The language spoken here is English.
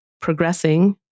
progressing